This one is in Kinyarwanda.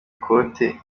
ikote